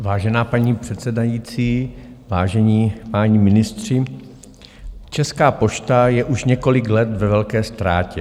Vážená paní předsedající, vážení páni ministři, Česká pošta je už několik let ve velké ztrátě.